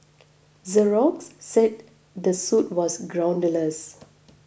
Xerox said the suit was groundless